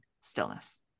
stillness